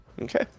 Okay